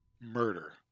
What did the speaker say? murder